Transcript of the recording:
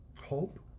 Hope